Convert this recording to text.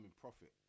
profit